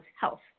health